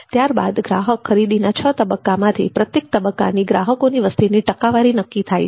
ત્યારબાદ ગ્રાહક ખરીદીના છ તબક્કામાંથી પ્રત્યેક તબક્કામાં ગ્રાહકોની વસ્તીની ટકાવારી નક્કી થાય છે